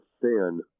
thin